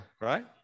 right